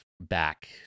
back